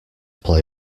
play